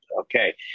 Okay